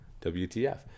WTF